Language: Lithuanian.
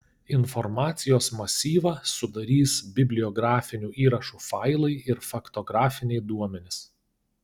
informacijos masyvą sudarys bibliografinių įrašų failai ir faktografiniai duomenys